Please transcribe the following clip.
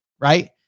Right